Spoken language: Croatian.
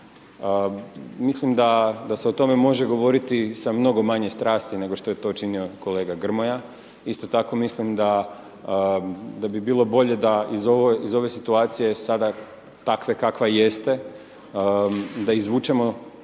Mislim da se o tome može govoriti sa mnogo manje strasti nego što je to činio kolega Grmoja, isto tako mislim da bi bilo bolje da iz ove situacije sada takve kakva jeste, da izvučemo